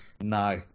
No